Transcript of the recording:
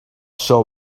shall